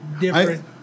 different